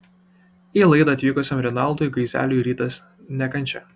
į laidą atvykusiam rinaldui gaizeliui rytas ne kančia